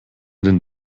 den